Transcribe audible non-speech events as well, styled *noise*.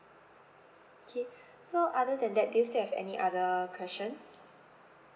okay *breath* so other than that do you still have any other question